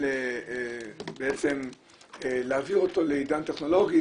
ובעצם להעביר אותו לעידן טכנולוגי,